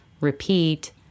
repeat